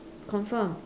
confirm